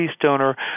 donor